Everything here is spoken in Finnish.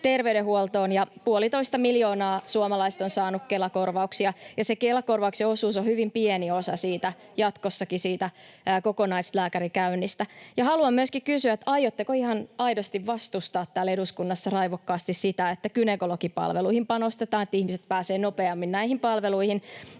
terveydenhuoltoon, ja puolitoista miljoonaa suomalaista on saanut Kela-korvauksia, ja se Kela-korvauksen osuus on hyvin pieni osa siitä kokonaislääkärikäynnistä jatkossakin. Haluan myöskin kysyä, aiotteko ihan aidosti vastustaa täällä eduskunnassa raivokkaasti sitä, että gynekologipalveluihin panostetaan, että ihmiset pääsevät nopeammin näihin palveluihin.